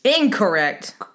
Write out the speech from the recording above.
Incorrect